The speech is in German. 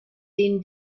den